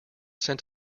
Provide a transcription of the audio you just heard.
sent